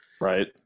Right